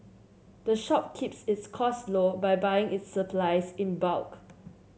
the shop keeps its cost low by buying its supplies in bulk